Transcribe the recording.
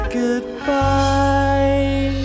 goodbye